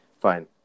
fine